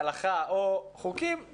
הלכה או חוקים,